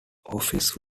office